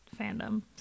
fandom